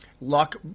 luck